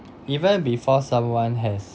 even before someone has